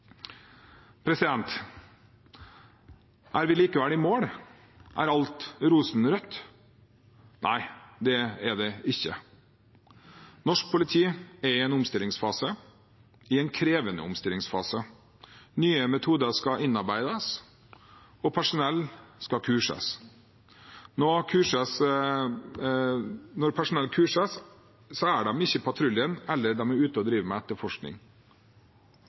Er vi likevel i mål? Er alt rosenrødt? Nei, det er det ikke. Norsk politi er i en omstillingsfase, en krevende omstillingsfase. Nye metoder skal innarbeides, og personell skal kurses. Når personell kurses, er de ikke på patrulje og driver ikke med etterforskning. Dette er dilemmaer: Skal man ta seg tid til nødvendig trening og